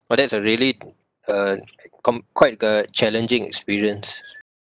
!wah! that's a really uh com~ quite a challenging experience